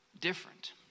different